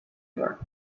york